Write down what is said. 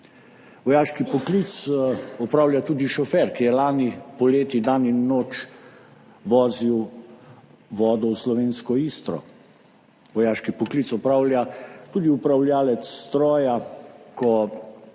Vojaški poklic opravlja tudi šofer, ki je lani poleti dan in noč vozil vodo v slovensko Istro. Vojaški poklic opravlja tudi upravljavec stroja, ko